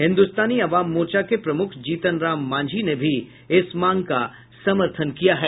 हिन्दुस्तानी अवाम मोर्चा के प्रमुख जीतन राम मांझी ने भी इसका समर्थन किया है